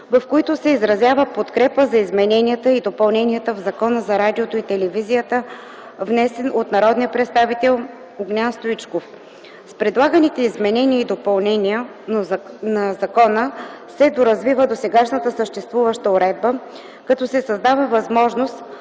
в които се изразява подкрепа за измененията и допълненията в Закона за радиото и телевизията, внесен от народния представител Огнян Стоичков. С предлаганите изменения и допълнения на закона се доразвива досега съществуващата уредба, като се създава възможност